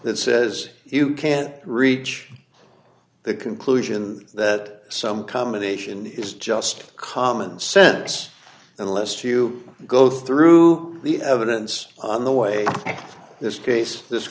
that says you can't reach the conclusion that some combination is just common sense unless you go through the evidence on the way this case this